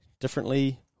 differently